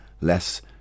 less